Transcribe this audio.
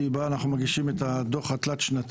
כי בה אנחנו מגישים את הדוח התלת-שנתי,